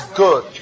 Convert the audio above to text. good